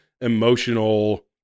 emotional